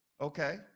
Okay